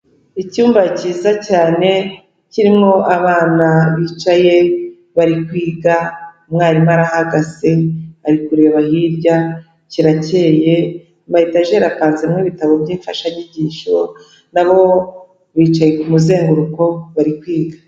Icyumba kiza cyane kirimo abana bicaye bari kwiga, umwarimu arahagaze ari kureba hirya, kirakeye, ama etajeri apanzemo ibitabo by'imfashanyigisho, na bo bicaye ku muzenguruko bari kwiga.